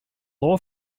law